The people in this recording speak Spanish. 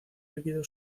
líquido